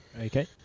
okay